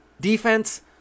defense